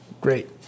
Great